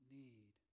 need